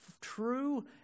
true